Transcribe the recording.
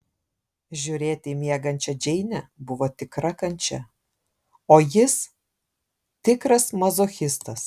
žiūrėti į miegančią džeinę buvo tikra kančia o jis tikras mazochistas